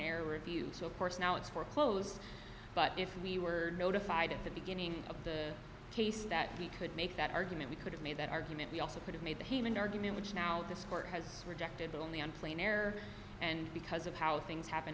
air review so of course now it's foreclosed but if we were notified at the beginning of the case that we could make that argument we could have made that argument we also could have made him an argument which now this court has rejected that only on plane air and because of how things happen